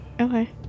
Okay